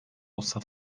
olsa